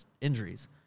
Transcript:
injuries